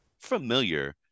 familiar